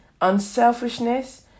unselfishness